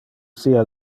sia